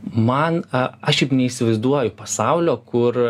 man a aš juk neįsivaizduoju pasaulio kur